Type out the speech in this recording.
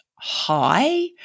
high